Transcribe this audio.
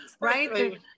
Right